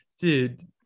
dude